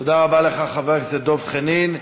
תודה רבה לך, חבר הכנסת דב חנין.